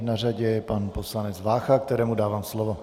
Na řadě je pan poslanec Vácha, kterému dávám slovo.